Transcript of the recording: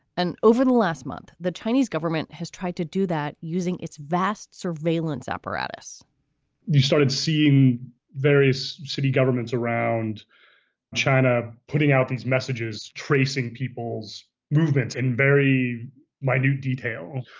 and over the last month, the chinese government has tried to do that using its vast surveillance apparatus you started seeing various city governments around china putting out these messages, tracing people's movements in very minor detail.